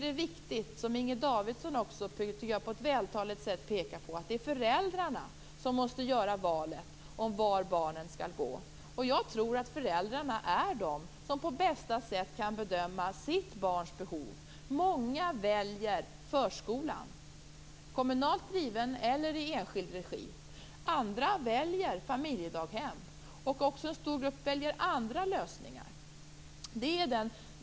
Det är viktigt - som också Inger Davidson på ett vältaligt sätt pekade på - att det är föräldrarna som måste göra valet av var barnen skall gå. Jag tror att föräldrarna är de som på bästa sätt kan bedöma sitt barns behov. Många väljer förskolan, kommunalt driven eller i enskild regi. Andra väljer familjedaghem. En stor grupp väljer andra lösningar.